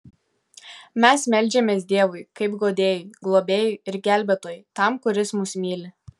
mes meldžiamės dievui kaip guodėjui globėjui ir gelbėtojui tam kuris mus myli